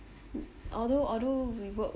although although we work